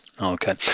Okay